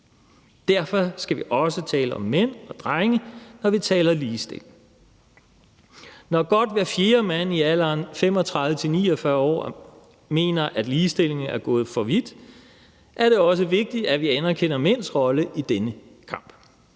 Derfor skal vi også tale om mænd og drenge, når vi taler ligestilling. Når godt hver fjerde mand i alderen 35-49 år mener, at ligestillingen er gået for vidt, er det også vigtigt, at vi anerkender mænds rolle i denne kamp.